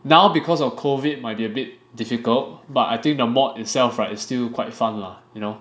now because of COVID it might be a bit difficult but I think the mod itself right is still quite fun lah you know